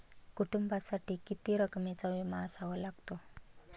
कुटुंबासाठी किती रकमेचा विमा असावा लागतो?